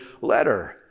letter